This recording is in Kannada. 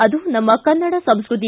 ಅದು ನಮ್ಮ ಕನ್ನಡ ಸಂಸ್ಕೃತಿ